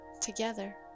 together